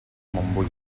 montbui